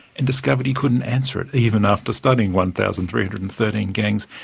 and discovered he couldn't answer it even after studying one thousand three hundred and thirteen gangs,